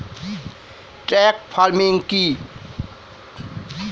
Truck farming কি?